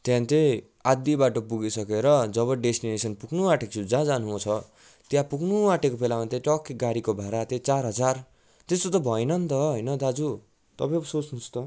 त्यहाँदेखि चाहिँ आधा बाटो पुगीसकेर जब डेस्टिनेसन पुग्नु आटेको छु जहाँ जानु छ त्यहाँ पुग्नु आटेको बेलामा चाहिँ टक्कै गाडीको भाडा चाहिँ चार हजार त्यसो त भएन नि त होइन दाजु तपाईँ सोच्नुहोस् त